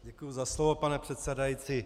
Děkuji za slovo, pane předsedající.